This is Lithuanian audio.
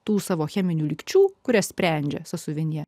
tų savo cheminių lygčių kurias sprendžia sąsiuvinyje